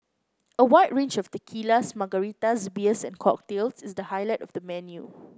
a wide range of tequilas margaritas beers and cocktails is the highlight of the menu